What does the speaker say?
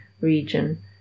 region